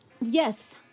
yes